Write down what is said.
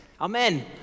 Amen